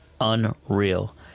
Unreal